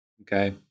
okay